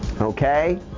Okay